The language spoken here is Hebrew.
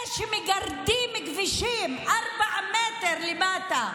זה שמגרדים כבישים ארבעה מטרים למטה,